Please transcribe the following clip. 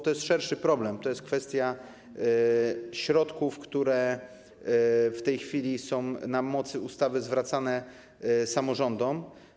To jest szerszy problem, to jest kwestia środków, które w tej chwili są na mocy ustawy zwracane samorządom.